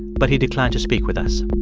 but he declined to speak with us